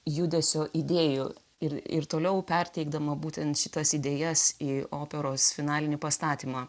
judesio idėjų ir ir toliau perteikdama būtent šitas idėjas į operos finalinį pastatymą